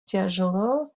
тяжело